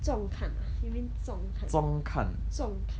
重看 ah you mean 中看重看